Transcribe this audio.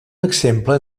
exemple